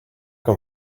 him